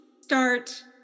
start